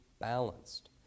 balanced